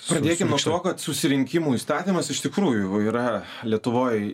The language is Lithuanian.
pradėkim nuo to kadsusirinkimų įstatymas iš tikrųjų yra lietuvoj